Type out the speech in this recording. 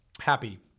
Happy